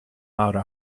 lauda